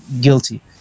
guilty